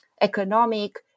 economic